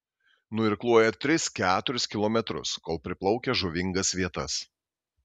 nuirkluoja tris keturis kilometrus kol priplaukia žuvingas vietas